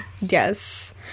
Yes